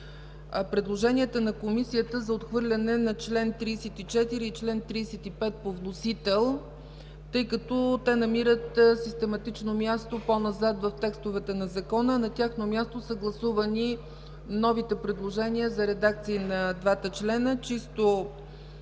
предложенията на Комисията за отхвърляне на чл. 34 и чл. 35 по вносител, тъй като те намират систематично място по-назад в текстовете на Закона. На тяхно място са гласувани новите предложения за редакции на двата члена. Чисто